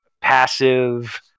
passive